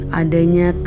adanya